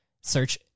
search